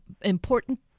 important